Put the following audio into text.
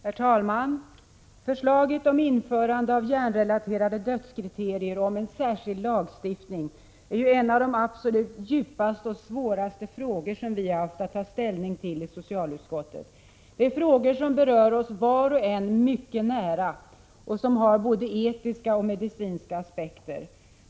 Herr talman! Förslaget om införande av hjärnrelaterade dödskriterier och om en särskild lagstiftning är en av de absolut djupaste och svåraste frågor som vi har haft att ta ställning till i socialutskottet. Det är frågor som berör var och en mycket nära och som har både etiska och medicinska aspekter.